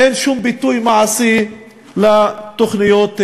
אין שום ביטוי מעשי לתוכניות הללו.